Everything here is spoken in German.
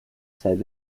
seit